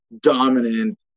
dominant